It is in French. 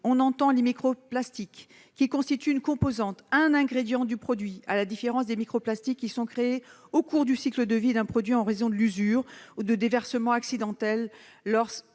vise ici les microplastiques qui constituent une composante, un ingrédient du produit, à la différence des microplastiques qui sont créés au cours du cycle de vie d'un produit en raison de l'usure ou d'un déversement accidentel